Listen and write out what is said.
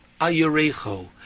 ayurecho